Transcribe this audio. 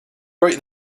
write